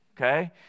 okay